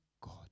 God